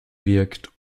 wirkt